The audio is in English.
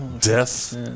Death